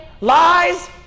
Lies